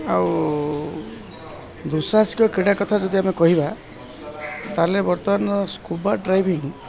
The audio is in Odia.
ଆଉ ଦୁଃଶାସିକ କ୍ରୀଡ଼ା କଥା ଯଦି ଆମେ କହିବା ତାହେଲେ ବର୍ତ୍ତମାନ ସ୍କୁବା ଡାଇଭିଙ୍ଗ